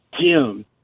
Jim